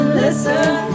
listen